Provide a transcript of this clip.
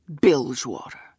Bilgewater